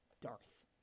Darth